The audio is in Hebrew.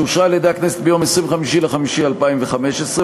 שאושרה על-ידי הכנסת ביום 25 למאי 2015,